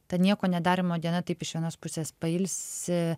ta nieko nedarymo diena taip iš vienos pusės pailsi